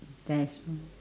there's uh